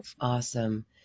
Awesome